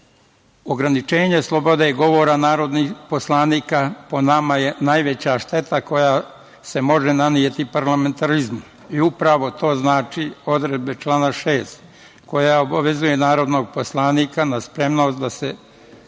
presude. Ograničenje slobode govora narodnih poslanika, po nama, je najveća šteta koja se može naneti parlamentarizmu i upravo to znači odredba člana 6. koja obavezuje narodnog poslanika na spremnost da se